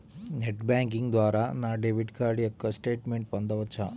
Net banking ద్వారా నా debit card యొక్క స్టేట్మెంట్ పొందవచ్చా?